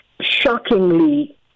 shockingly